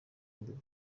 imbeba